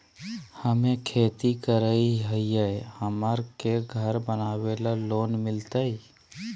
हमे खेती करई हियई, हमरा के घर बनावे ल लोन मिलतई?